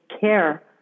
care